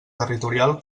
territorial